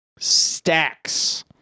stacks